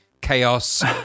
chaos